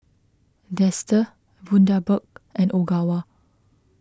Dester Bundaberg and Ogawa